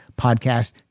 podcast